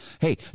hey